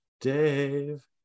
Dave